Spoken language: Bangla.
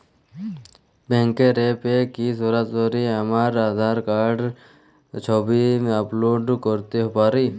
ব্যাংকের অ্যাপ এ কি সরাসরি আমার আঁধার কার্ড র ছবি আপলোড করতে পারি?